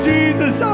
Jesus